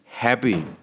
happy